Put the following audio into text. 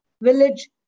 village